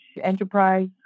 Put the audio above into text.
enterprise